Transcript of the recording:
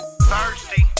Thirsty